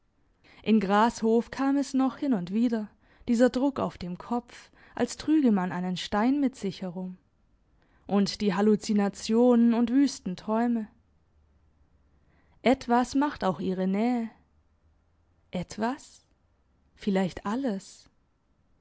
in grashof kam es noch hin und wieder dieser druck auf dem kopf als trüge man einen stein mit sich herum und die hallucinationen und wüsten träume etwas macht auch ihre nähe etwas vielleicht alles